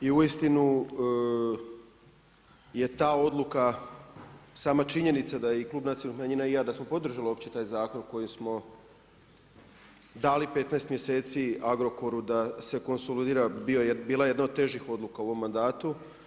I uistinu je ta odluka sama činjenica da je i Klub nacionalnih manjina i ja da smo podržali uopće taj zakon koji smo dali 15 mjeseci Agrokoru da se konsolidira bila je jedna od težih odluka u ovom mandatu.